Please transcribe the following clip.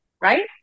Right